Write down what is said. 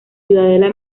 ciudadela